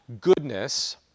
goodness